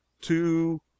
two